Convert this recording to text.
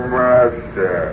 master